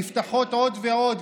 נפתחות עוד ועוד,